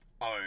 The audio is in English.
own